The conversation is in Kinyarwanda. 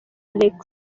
alexis